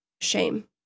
shame